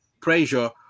pressure